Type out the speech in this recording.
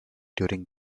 during